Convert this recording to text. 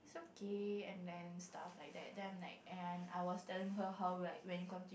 it's okay and then stuff like that then I'm like and I was tell her how like when come to